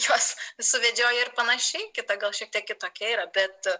juos suvedžioja ir panašiai kita gal šiek tiek kitokia yra bet